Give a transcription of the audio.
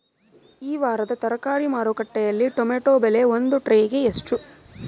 ಈ ವಾರದ ತರಕಾರಿ ಮಾರುಕಟ್ಟೆಯಲ್ಲಿ ಟೊಮೆಟೊ ಬೆಲೆ ಒಂದು ಟ್ರೈ ಗೆ ಎಷ್ಟು?